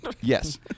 Yes